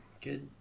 good